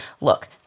Look